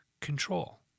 control